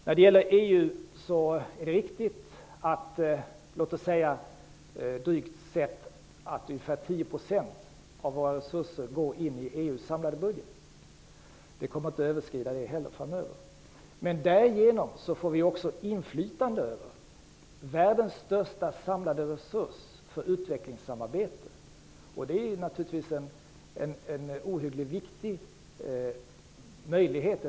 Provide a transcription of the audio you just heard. När det gäller EU är det riktigt att låt oss säga drygt ca 10 % av våra resurser går in i EU:s samlade budget. Det kommer inte heller framöver att överskrida den nivån. Genom dessa medel får också inflytande över världens största samlade resurs för utvecklingssamarbete, och det är naturligtvis en ohyggligt viktig möjlighet.